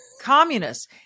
communists